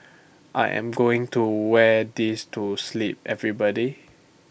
I am going to wear this to sleep everybody